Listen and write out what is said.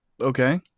Okay